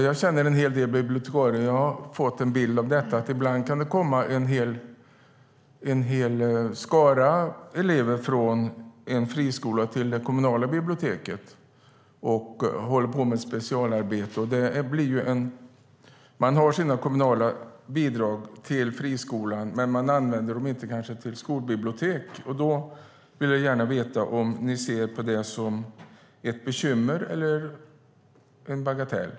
Jag känner en hel del bibliotekarier och har fått bilden att det ibland kan komma en hel skara elever från en friskola till det kommunala biblioteket och arbeta med ett specialarbete. Friskolorna har sina kommunala bidrag, men de används kanske inte till skolbibliotek. Därför vill jag gärna veta om ni ser på det som ett bekymmer eller som en bagatell.